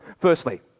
Firstly